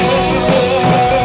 or